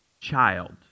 child